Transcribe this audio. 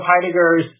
Heidegger's